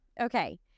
okay